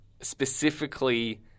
specifically